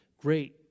great